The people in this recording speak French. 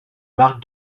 marc